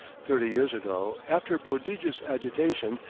thirty years ago, after prodigious agitation,